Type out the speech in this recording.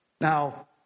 Now